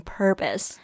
purpose